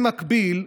במקביל,